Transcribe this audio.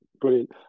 Brilliant